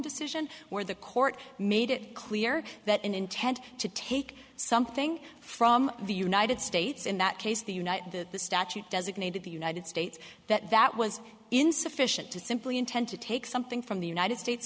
decision where the court made it clear that in intent to take something from the united states in that case the united the the statute designated the united states that that was insufficient to simply intend to take something from the united states